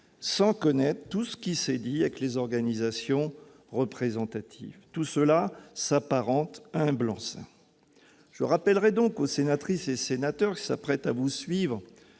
sans connaître tout ce qui s'est dit avec les organisations représentatives. Tout cela s'apparente à un blanc-seing ! Je rappellerai donc aux sénatrices et sénateurs qui s'apprêtent à vous suivre